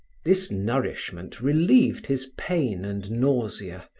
this nourishment relieved his pain and nausea,